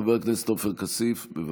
חבר הכנסת עופר כסיף, בבקשה.